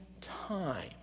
time